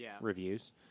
reviews